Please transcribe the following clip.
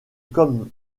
comme